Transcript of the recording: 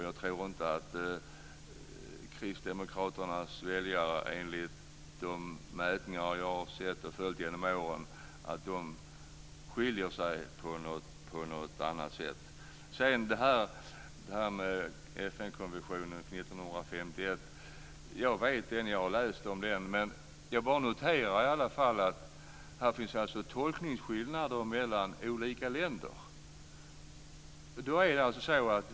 Jag tror inte att Kristdemokraternas väljare enligt de mätningar som jag har sett under åren skiljer sig åt på något sätt. Jag har läst om FN-konventionen från 1951, men jag noterar att det finns tolkningsskillnader mellan olika länder.